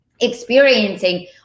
experiencing